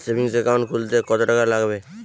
Savings account খুলতে কতটাকা লাগবে?